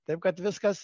taip kad viskas